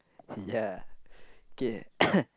ya K